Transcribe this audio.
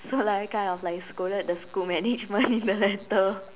so like I kind of like scolded the school management in the letter